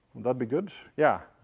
that be good? yeah?